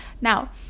Now